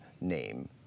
name